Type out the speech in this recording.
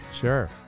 Sure